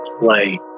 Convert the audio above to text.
play